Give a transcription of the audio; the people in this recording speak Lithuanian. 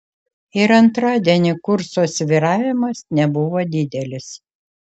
ir antradienį kurso svyravimas nebuvo didelis